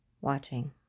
Watching